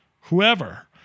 whoever